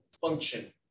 function